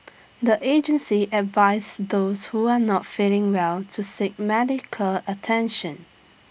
the agency advised those who are not feeling well to seek medical attention